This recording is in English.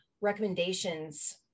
recommendations